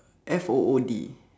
F O O D